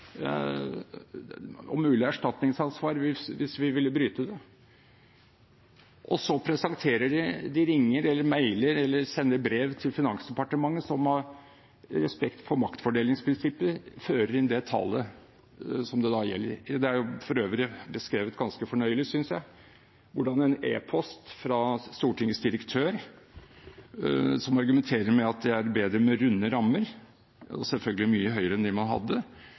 oss mulig erstatningsansvar hvis vi ville bryte det. Og så ringer, mailer eller sender de brev til Finansdepartementet, som av respekt for maktfordelingsprinsippet fører inn det tallet som da gjelder. Det er for øvrig beskrevet ganske fornøyelig, synes jeg, hvordan en e-post fra Stortingets direktør, som argumenterer med at det er bedre med runde rammer – selvfølgelig mye høyere enn dem man hadde